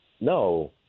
No